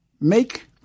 make